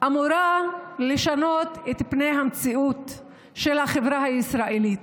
אמורה לשנות את פני המציאות של החברה הישראלית.